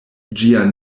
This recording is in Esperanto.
ĝia